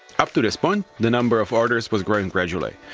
up to this point, the number of orders was growing gradually,